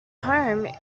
home